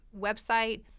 website